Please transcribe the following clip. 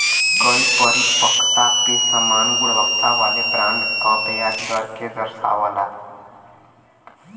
कई परिपक्वता पे समान गुणवत्ता वाले बॉन्ड क ब्याज दर के दर्शावला